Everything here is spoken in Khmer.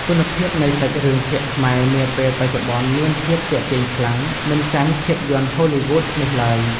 គុណភាពនៃសាច់រឿងភាគខ្មែរនាពេលបច្ចុប្បន្នមានភាពទាក់ទាញខ្លាំងមិនចាញ់ភាពយន្តហូលីវូដនោះឡើយ។